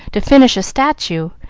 to finish a statue,